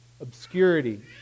Obscurity